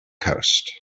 coast